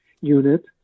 unit